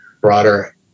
broader